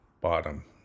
bottom